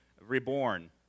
reborn